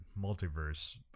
multiverse